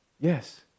Yes